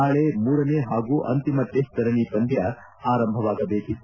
ನಾಳೆ ಮೂರನೇ ಹಾಗೂ ಅಂತಿಮ ಟೆಸ್ಟ್ ಸರಣಿ ಪಂದ್ವ ಆರಂಭವಾಗಬೇಕಿತ್ತು